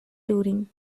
turin